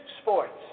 sports